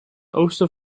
oosten